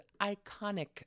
iconic